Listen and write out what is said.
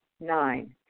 nine